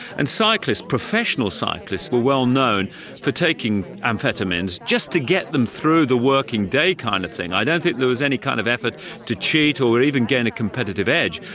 and cyclists, professional cyclists, were well-known for taking amphetamines, just to get them through the working day, kind of thing, i don't think there was any kind of effort to cheat or even get a competitive edge,